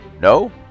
No